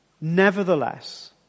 Nevertheless